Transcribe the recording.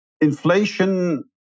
inflation